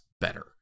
better